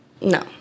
No